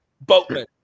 boatman